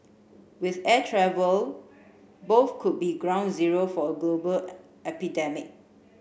with air travel both could be ground zero for a global epidemic